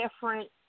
different